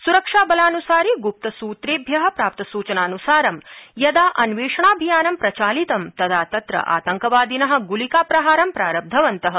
सुरक्षाबलानुसारि गुप्तस्त्रेभ्यः प्राप्तसूचनानुसारं यदा अन्वेषणाभियानं प्रचालितं तदा तत्र आतंकवादिनः ग्लिकाप्रहारं प्रारब्धवन्तः